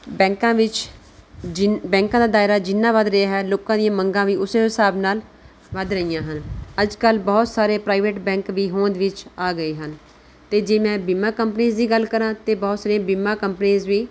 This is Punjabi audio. ਬੈਂਕਾਂ ਵਿੱਚ ਬੈਂਕਾਂ ਦਾ ਦਾਇਰਾ ਜਿੰਨਾ ਵੱਧ ਰਿਹਾ ਹੈ ਲੋਕਾਂ ਦੀਆਂ ਮੰਗਾਂ ਵੀ ਉਸ ਹਿਸਾਬ ਨਾਲ ਵੱਧ ਰਹੀਆਂ ਹਨ ਅੱਜ ਕੱਲ੍ਹ ਬਹੁਤ ਸਾਰੇ ਪ੍ਰਾਈਵੇਟ ਬੈਂਕ ਵੀ ਹੋਂਦ ਵਿੱਚ ਆ ਗਏ ਹਨ ਅਤੇ ਜੇ ਮੈਂ ਬੀਮਾ ਕੰਪਨੀਸ ਦੀ ਗੱਲ ਕਰਾਂ ਅਤੇ ਬਹੁਤ ਸਾਰੀਆਂ ਬੀਮਾ ਕੰਪਨੀਸ ਵੀ